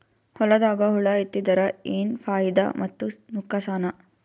ಹೊಲದಾಗ ಹುಳ ಎತ್ತಿದರ ಏನ್ ಫಾಯಿದಾ ಮತ್ತು ನುಕಸಾನ?